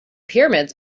pyramids